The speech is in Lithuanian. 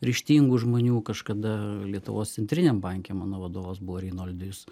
ryžtingų žmonių kažkada lietuvos centriniam banke mano vadovas buvo reinoldijus